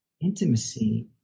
intimacy